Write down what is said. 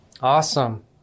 Awesome